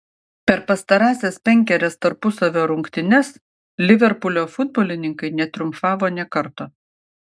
per pastarąsias penkerias tarpusavio rungtynes liverpulio futbolininkai netriumfavo nė karto